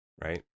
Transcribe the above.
right